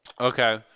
Okay